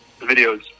videos